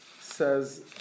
says